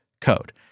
code